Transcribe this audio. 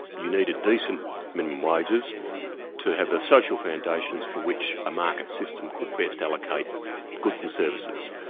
you needed decent minimum wages to have ah social foundations for which a market system could best allocate goods and services.